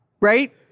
Right